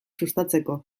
sustatzeko